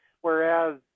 whereas